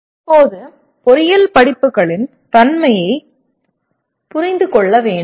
இப்போது பொறியியல் படிப்புகளின் தன்மையைப் புரிந்து கொள்ள வேண்டும்